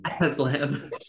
Aslan